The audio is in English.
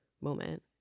moment